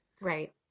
Right